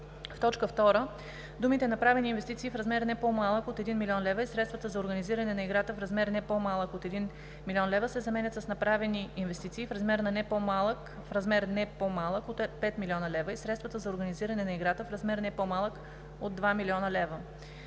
в т. 2 думите „направени инвестиции в размер, не по-малък от 1 000 000 лв., и средства за организиране на играта в размер, не по-малък от 1 000 000 лв.“ се заменят с „направени инвестиции в размер, не по-малък от 5 000 000 лв., и средства за организиране на играта в размер, не по-малък от 2 000 000 лв.“;